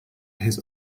his